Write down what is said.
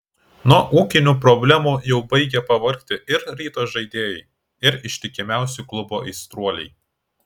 nuo ūkinių problemų jau baigia pavargti ir ryto žaidėjai ir ištikimiausi klubo aistruoliai